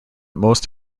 most